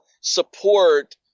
support